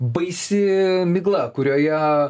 baisi migla kurioje